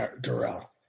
Durrell